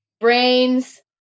brains